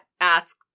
ask